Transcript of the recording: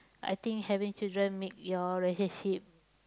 I think having children make your relationship